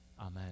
Amen